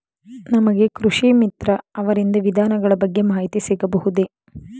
ನಮಗೆ ಕೃಷಿ ಮಿತ್ರ ಅವರಿಂದ ವಿಧಾನಗಳ ಬಗ್ಗೆ ಮಾಹಿತಿ ಸಿಗಬಹುದೇ?